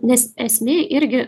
nes esmė irgi